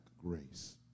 grace